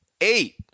eight